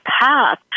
path